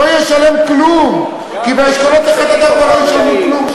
לא ישלם כלום כי באשכולות 1 4 לא ישלמו כלום,